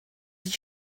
did